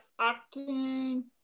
acting